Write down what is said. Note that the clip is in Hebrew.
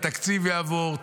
התקציב יעבור,